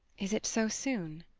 is it so soon?